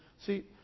See